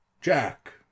jack